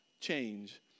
change